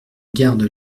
garde